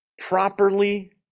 properly